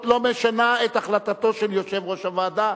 לא משנה את החלטתו של יושב-ראש הוועדה.